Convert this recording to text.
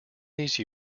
these